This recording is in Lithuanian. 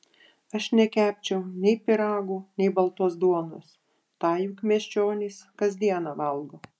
aš nekepčiau nei pyragų nei baltos duonos tą juk miesčionys kas dieną valgo